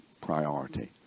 priority